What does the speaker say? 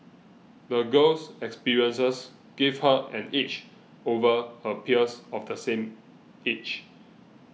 the girl's experiences gave her an edge over her peers of the same age